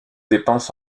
dépense